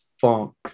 funk